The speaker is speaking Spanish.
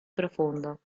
profundo